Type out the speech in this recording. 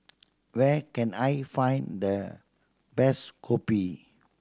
where can I find the best kopi